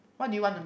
what do you want to